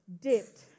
dipped